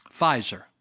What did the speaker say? Pfizer